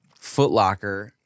footlocker